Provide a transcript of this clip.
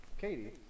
Katie